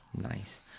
Nice